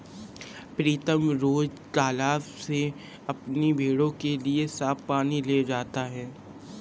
प्रीतम रोज तालाब से अपनी भेड़ों के लिए साफ पानी ले जाता है